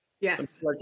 Yes